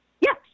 Yes